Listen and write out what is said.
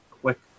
quick